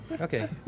Okay